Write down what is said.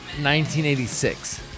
1986